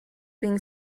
being